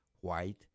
White